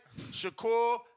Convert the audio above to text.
shakur